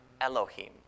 Elohim